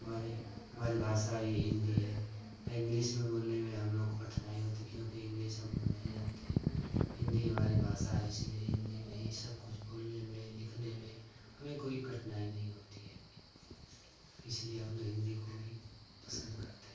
हमारी हमारी भाषा ही हिन्दी है इंग्लिश बोलने में हम लोग को कठिनाई होती है क्योंकि इंग्लिश हम लोग नहीं जानते हैं हिंदी हमारी भाषा है इसी लिए हिंदी में ही सब कुछ बोलने में लिखने में हमें कोई कठिनाई नहीं होती है इसलिए हम तो हिंदी को ही पसंद करते हैं